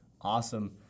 Awesome